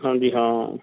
ਹਾਂਜੀ ਹਾਂ